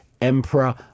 emperor